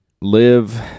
live